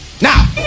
Now